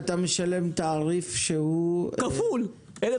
אתה משלם תעריף שהוא -- תעריף כפול 1,500 שקל.